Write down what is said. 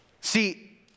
See